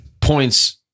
points